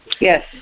Yes